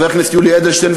חבר הכנסת יולי אדלשטיין,